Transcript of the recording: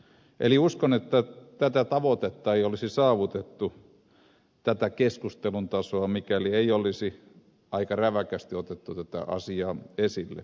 eli uskon että tätä tavoitetta ei olisi saavutettu tätä keskustelun tasoa mikäli ei olisi aika räväkästi otettu tätä asiaa esille